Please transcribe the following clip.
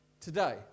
today